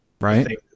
right